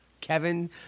Kevin